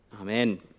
Amen